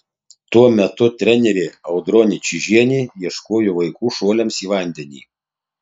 tuo metu trenerė audronė čižienė ieškojo vaikų šuoliams į vandenį